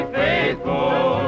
faithful